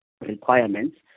requirements